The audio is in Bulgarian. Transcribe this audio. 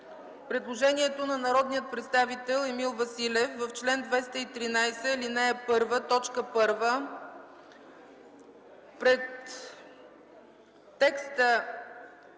предложението на народния представител Емил Василев в чл. 213, ал. 1 т. 1 пред текста,